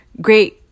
great